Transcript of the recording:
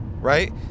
right